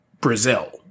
Brazil